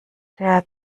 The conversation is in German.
der